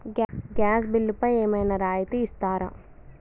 Gas బిల్లుపై ఏమైనా రాయితీ ఇస్తారా?